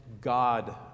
God